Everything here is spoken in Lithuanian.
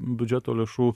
biudžeto lėšų